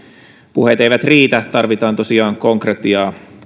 puheet eivät riitä tarvitaan tosiaan konkretiaa